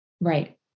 Right